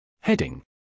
Heading